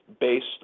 based